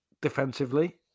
defensively